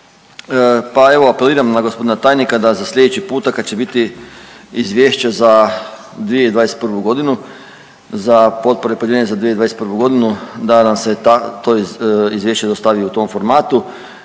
Pa evo apeliram na gospodina tajnika da za sljedeći puta kad će biti izvješće za 2021. godinu za potpore pojedinaca za 2021. godinu da nam se to izvješće dostavi u tom formatu,